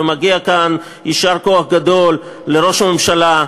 ומגיע כאן יישר כוח גדול לראש הממשלה,